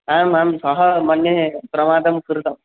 आम् आं सः मन्ये प्रमादं कृतम्